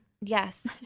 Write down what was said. Yes